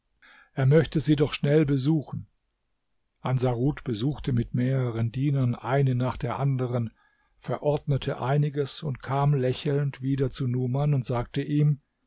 er möchte sie doch schnell besuchen ansarut besuchte mit mehreren dienern eine nach der anderen verordnete einiges und kam lächelnd wieder zu numan und sagte ihm